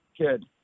Good